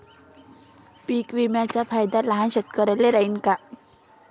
पीक विम्याचा फायदा लहान कास्तकाराइले होईन का?